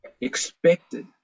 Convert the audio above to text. expected